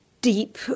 deep